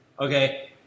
Okay